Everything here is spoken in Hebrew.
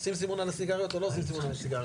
עושים סימון על הסיגריות או לא עושים סימון על הסיגריות.